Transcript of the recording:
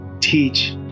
teach